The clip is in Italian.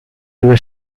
due